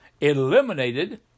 eliminated